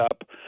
up